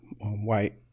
white